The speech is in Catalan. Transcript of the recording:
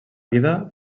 vida